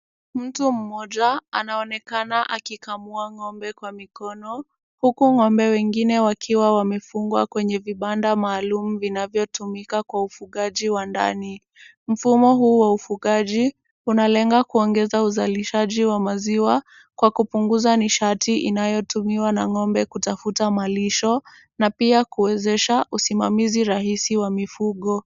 Mtu mmoja anaonekana akikamua ngombe kwa mikono, huku ngombe wengine wakiwa wamefungwa kwenye vibanda maalum vinavyotumika kwa ufugaji wa ndani. Mfumo huu wa ufugaji unalenga kuongeza uzalishaji wa maziwa, kwa kupunguza nishati inayotumiwa na ngombe kutafuta malisho, na pia kuwezesha usimamizi rahisi wa mifugo.